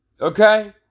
Okay